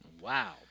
Wow